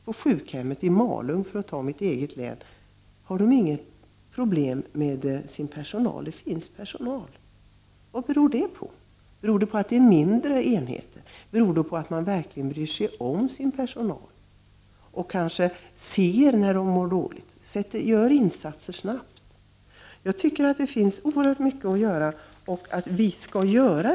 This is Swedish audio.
På sjukhemmet i Malung, för att ta mitt eget län, råder ingen personalbrist. Vad beror det på? Beror det på att man där har mindre enheter eller på att man verkligen bryr sig om personalen? Måhända ser man när den mår dåligt och då snabbt gör insatser. Det finns alltså oerhört mycket att göra på sjukvårdsområdet.